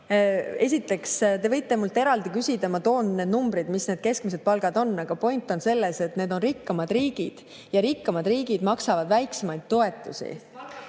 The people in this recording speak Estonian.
Esiteks, te võite mult eraldi küsida, ma toon need numbrid, mis need keskmised palgad on. Aga point on selles, et need on rikkamad riigid ja rikkamad riigid maksavad väiksemaid toetusi.